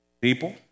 People